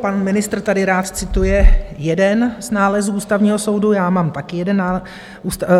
Pan ministr tady rád cituje jeden z nálezů Ústavního soudu, já mám taky jeden